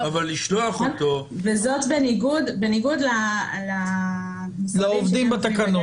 זאת בניגוד --- לעובדים בתקנות.